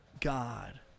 God